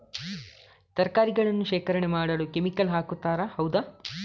ತರಕಾರಿಗಳನ್ನು ಶೇಖರಣೆ ಮಾಡಲು ಕೆಮಿಕಲ್ ಹಾಕುತಾರೆ ಹೌದ?